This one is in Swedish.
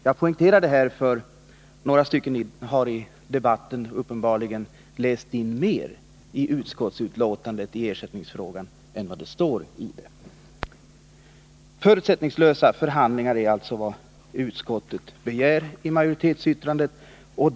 Jag poängterar detta, eftersom några talare tidigare i debatten uppenbarligen har läst in mer i utskottets utlåtande i ersättningsfrågan än vad som står där. Utskottet vill alltså ha ”förutsättningslösa förhandlingar”.